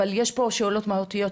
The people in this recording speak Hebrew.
אבל יש פה שאלות מהותיות,